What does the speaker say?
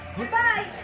Goodbye